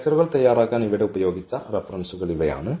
ലെക്ച്ചറുകൾ തയ്യാറാക്കാൻ ഇവിടെ ഉപയോഗിച്ച റഫറൻസുകൾ ഇവയാണ്